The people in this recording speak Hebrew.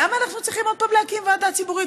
למה אנחנו צריכים עוד פעם להקים ועדה ציבורית?